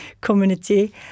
community